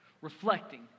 reflecting